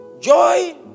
Joy